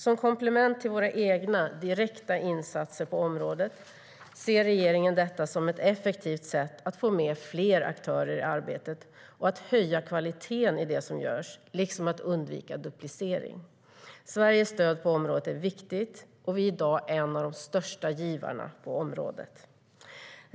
Som komplement till våra egna, direkta insatser på området ser regeringen detta som ett effektivt sätt att få med fler aktörer i arbetet och att höja kvaliteten i det som görs, liksom att undvika duplicering. Sveriges stöd på området är viktigt, och vi är i dag en av de största givarna på området.